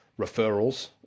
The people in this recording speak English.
referrals